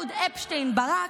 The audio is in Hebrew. אהוד אפשטיין ברק,